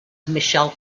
michelle